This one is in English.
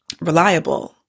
reliable